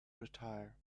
retire